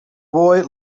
boy